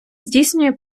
здійснює